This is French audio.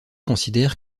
considèrent